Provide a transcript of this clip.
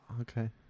okay